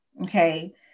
okay